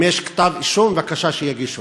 אם יש כתב-אישום, בבקשה, שיגישו,